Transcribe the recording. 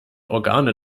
organe